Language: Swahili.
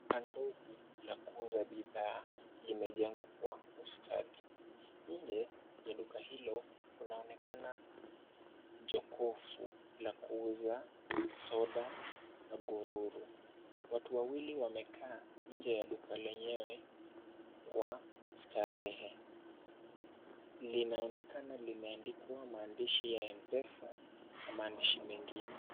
Duka ndogo la kuuza bidhaa limejengwa kwa ustadi. Nje ya duka hilo kunaonekana jokofu la kuuza soda na gululu . Watu wawili wamekaa nje ya duka lenyewe kwa starehe. Linaonekana limeandikwa maandishi ya M-Pesa na maandishi mengine.